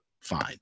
fine